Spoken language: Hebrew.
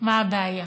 מה הבעיה.